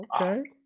Okay